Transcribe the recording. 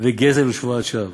וגזל ושבועת שווא.